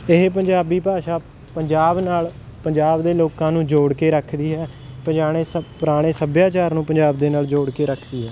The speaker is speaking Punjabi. ਇਹ ਪੰਜਾਬੀ ਭਾਸ਼ਾ ਪੰਜਾਬ ਨਾਲ ਪੰਜਾਬ ਦੇ ਲੋਕਾਂ ਨੂੰ ਜੋੜ ਕੇ ਰੱਖਦੀ ਹੈ ਪਜਾਣੇ ਸ ਪੁਰਾਣੇ ਸੱਭਿਆਚਾਰ ਨੂੰ ਪੰਜਾਬ ਦੇ ਨਾਲ ਜੋੜ ਕੇ ਰੱਖਦੀ ਹੈ